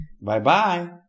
Bye-bye